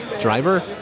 driver